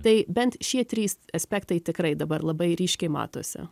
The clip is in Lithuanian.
tai bent šie trys aspektai tikrai dabar labai ryškiai matosi